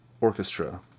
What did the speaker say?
orchestra